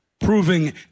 proving